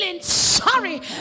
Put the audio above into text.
sorry